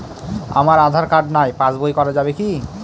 আমার আঁধার কার্ড নাই পাস বই করা যাবে কি?